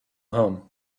home